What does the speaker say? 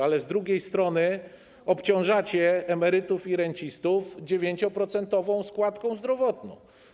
Ale z drugiej strony obciążacie emerytów i rencistów 9-procentową składką zdrowotną.